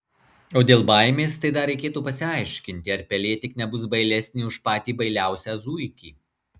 o dėl baimės tai dar reikėtų pasiaiškinti ar pelė tik nebus bailesnė už patį bailiausią zuikį